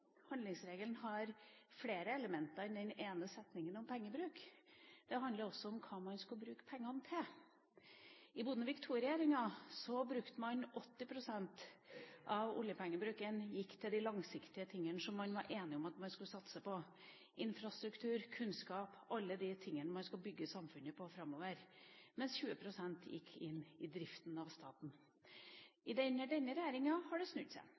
Handlingsregelen har flere elementer enn den ene setningen om pengebruk. Det handler også om hva man skal bruke pengene til. I Bondevik II-regjeringa brukte man 80 pst. av oljepengene til de langsiktige tingene som man var enig om at man skulle satse på: infrastruktur, kunnskap – alt det man skulle bygge samfunnet på framover – mens 20 pst. gikk til drift av staten. Under denne regjeringa har det snudd seg.